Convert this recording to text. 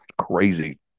crazy